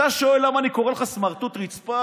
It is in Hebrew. אתה שואל למה אני קורא לך סמרטוט רצפה?